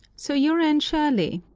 so you're anne shirley?